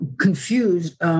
confused